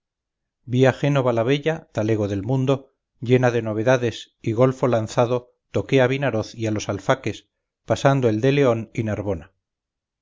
vi a génova la bella talego del mundo llena de novedades y golfo lanzado toqué a vinaroz y a los alfaques pasando el de león y